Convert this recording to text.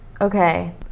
okay